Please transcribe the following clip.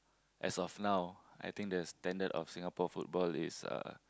as of now I think the standard of Singapore football is uh